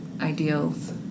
ideals